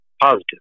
positive